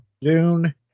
Dune